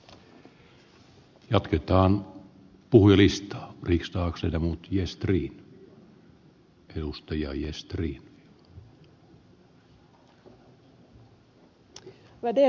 det centrala syftet med den föreslagna kollektivtrafiklagen är bra